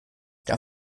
der